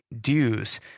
dues